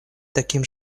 таким